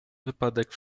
wypadek